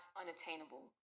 unattainable